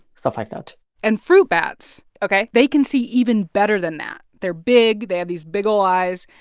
stuff like that and fruit bats. ok. they can see even better than that. they're big. they have these big ol' eyes,